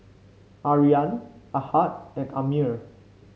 Aryan Ahad and Ammir